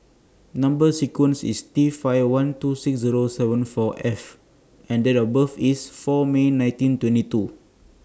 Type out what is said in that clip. Number sequence IS T five one two six Zero seven four F and Date of birth IS four May nineteen twenty two